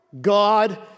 God